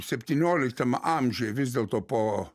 septynioliktam amžiuj vis dėlto po